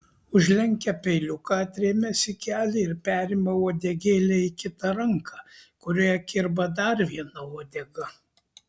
užlenkia peiliuką atrėmęs į kelį ir perima uodegėlę į kitą ranką kurioje kirba dar viena uodega